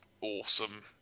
awesome